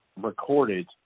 recorded